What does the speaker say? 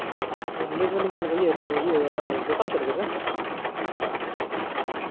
ᱞᱟᱹᱭ ᱫᱟᱹᱞᱤᱧ ᱪᱮᱫᱞᱮᱠᱟ ᱤᱭᱟᱹ ᱤᱭᱟᱹ ᱚᱱᱟ ᱫᱚᱠᱟᱱ ᱥᱮᱫ ᱨᱮᱜᱮ ᱥᱮ